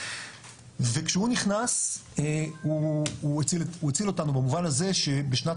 וכשהוא נכנס הוא הציל אותנו במובן הזה שבשנת